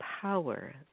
power